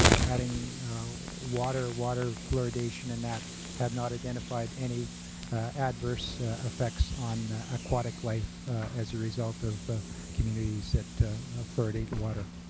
adding water, water fluoridation and that have not identified any adverse effects on acquatic life as a result of communities that fluoridate the water.